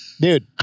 dude